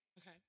Okay